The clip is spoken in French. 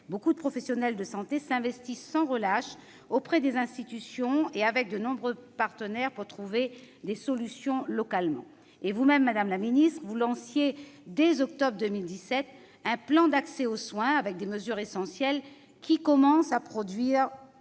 et de professionnels de santé s'investissent sans relâche auprès des institutions et avec de nombreux partenaires pour trouver des solutions localement. Madame la ministre, vous lanciez vous-même, dès octobre 2017, un plan d'accès aux soins comportant des mesures essentielles qui commencent à produire